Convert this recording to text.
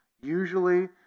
usually